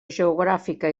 geogràfica